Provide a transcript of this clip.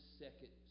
second